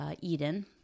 Eden